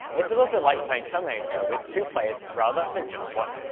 it's a little bit like playing terminator with two players rather than just one.